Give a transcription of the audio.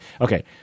Okay